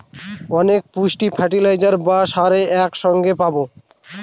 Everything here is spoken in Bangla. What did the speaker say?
অনেক পুষ্টি ফার্টিলাইজার বা সারে এক সঙ্গে পাবো